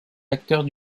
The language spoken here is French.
acteurs